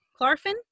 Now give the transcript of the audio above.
Clarfin